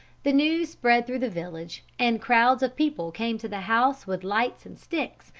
the news spread through the village, and crowds of people came to the house with lights and sticks,